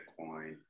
bitcoin